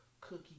cookie